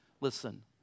Listen